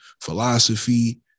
philosophy